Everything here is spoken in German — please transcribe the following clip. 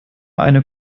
eine